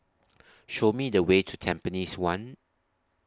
Show Me The Way to Tampines one